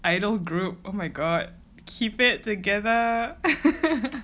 idol group oh my god keep it together